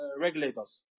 regulators